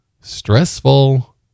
stressful